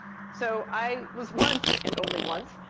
so i was once, and only once,